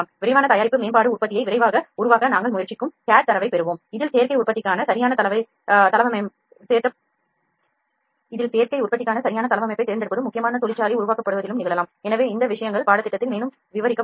விரைவான தயாரிப்பு மேம்பாடு உற்பத்தியை விரைவாக உருவாக்க நாங்கள் முயற்சிக்கும் CAD தரவைப் பெறுகிறோம் இதில் சேர்க்கை உற்பத்திக்கான சரியான தளவமைப்பைத் தேர்ந்தெடுப்பதும் முக்கியமான தொழிற்சாலை உருவகப்படுத்துதலும் நிகழலாம் எனவே இந்த விஷயங்கள் பாடத்திட்டத்தில் மேலும் விவரிக்கப்படும்